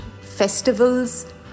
festivals